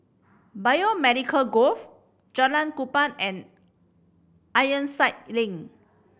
Biomedical Grove Jalan Kupang and Ironside Link